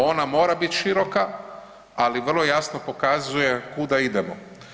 Ona mora biti široka, ali vrlo jasno pokazuje kuda idemo.